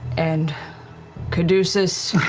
and caduceus.